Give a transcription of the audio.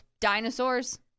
dinosaurs